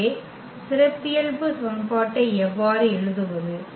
எனவே சிறப்பியல்பு சமன்பாட்டை எவ்வாறு எழுதுவது